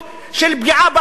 של פגיעה באחר,